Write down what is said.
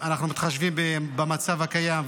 אנחנו מתחשבים במצב הקיים,